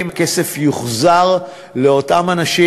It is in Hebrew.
הכסף יוחזר לאותם אנשים